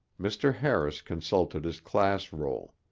mr. harris consulted his class roll.